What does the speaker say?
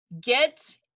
Get